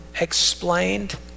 explained